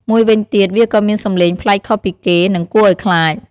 មួយវិញទៀតវាក៏មានសំឡេងប្លែកខុសពីគេ និងគួរឱ្យខ្លាច។